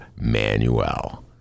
Manuel